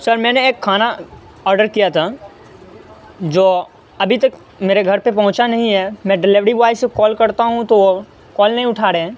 سر میں نے ایک کھانا آڈر کیا تھا جو ابھی تک میرے گھر پہ پہنچا نہیں ہے میں ڈیلیوری بوائے سے کال کرتا ہوں تو کال نہیں اٹھا رہے ہیں